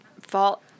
fault